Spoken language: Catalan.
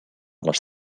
les